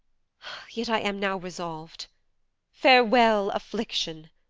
yet i am now resolv'd farewell, affliction!